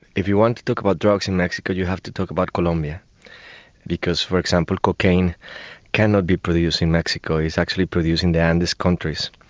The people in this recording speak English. if you want to talk about drugs in mexico you have to talk about colombia because, for example, cocaine cannot be produced in mexico, it's actually produced in the andes countries.